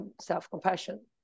self-compassion